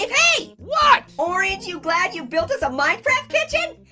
hey! what? orange you glad you built us a minecraft kitchen?